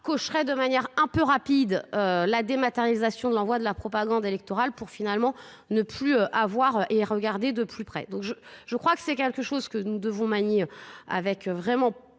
cocherait de manière un peu rapide la dématérialisation de l'envoi de la propagande électorale pour finalement ne plus avoir et regarder de plus près. Donc je crois que c'est quelque chose que nous devons manier avec vraiment